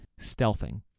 stealthing